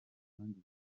n’abandi